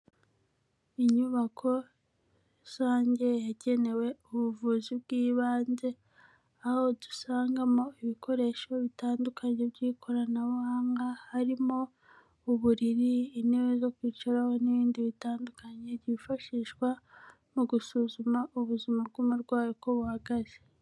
Inyubako rusange yagenewe ubuvuzi bw'ibanze, aho dusangamo ibikoresho bitandukanye by'ikoranabuhanga, harimo uburiri, intebe zo kwicaraho n'ibindi bitandukanye byifashishwa mu gusuzuma ubuzima bw'umurwayi uko buhagaze.